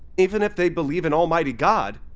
even if they believe in almighty god,